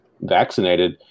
vaccinated